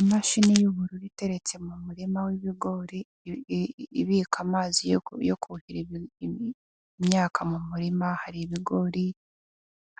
Imashini y'ubururu iteretse mu murima w'ibigori ibika amazi yo kuhira imyaka mu murima, hari ibigori